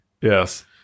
Yes